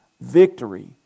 victory